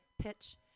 pitch